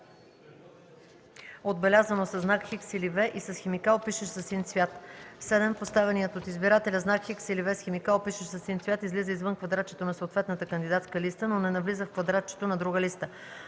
отбелязано със знак „Х” или „V” и с химикал, пишещ със син цвят; 7. поставеният от избирателя знак „Х” или „V” с химикал, пишещ със син цвят, излиза извън квадратчето на съответната кандидатска листа, но не навлиза в квадратчето на друга листа;